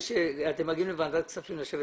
2.6 מיליארד שקלים העברות